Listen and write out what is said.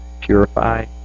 purify